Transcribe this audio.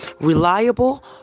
reliable